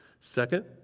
Second